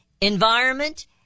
environment